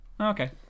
Okay